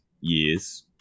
years